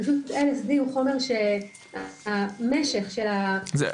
פשוט LSD הוא חומר שהמשך של --- רציתי